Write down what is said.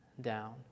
down